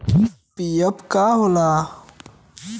PF का होला?